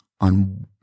on